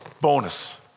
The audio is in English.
bonus